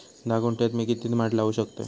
धा गुंठयात मी किती माड लावू शकतय?